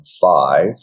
five